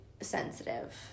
sensitive